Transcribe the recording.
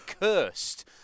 cursed